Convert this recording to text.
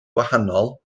gwahanol